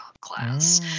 class